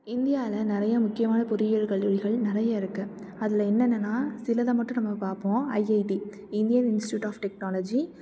இந்தியாவில் நிறைய முக்கியமான பொறியியல் கல்லூரிகள் நிறைய இருக்குது அதில் என்னென்னனால் சிலதை மட்டும் நம்ம பார்ப்போம் IIT Indian institute of technology